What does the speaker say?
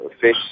fish